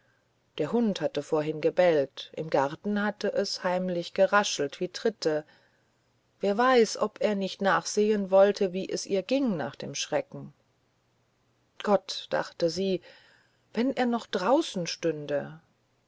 der hund hatte vorhin gebellt im garten hatte es heimlich geraschelt wie tritte wer weiß ob er nicht nachsehen wollte wie es ihr ging nach dem schrecken gott dachte sie wenn er noch draußen stünd